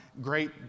great